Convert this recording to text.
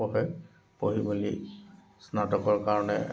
পঢ়ে পঢ়ি মেলি স্নাতকৰ কাৰণে